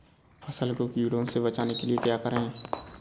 फसल को कीड़ों से बचाने के लिए क्या करें?